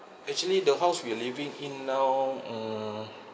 actually the house we're living in now uh